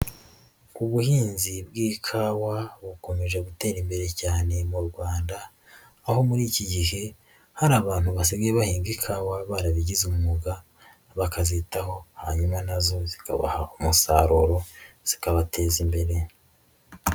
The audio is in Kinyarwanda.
Ubuhinzi bw'ikawa bukomeje gutera imbere cyane mu Rwanda, aho muri iki gihe hari abantu basigaye bahinga ikawa barabigize umwuga, bakazitaho hanyuma na zo zikabaha umusaruro, zikabateza imbere.